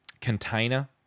container